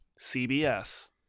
CBS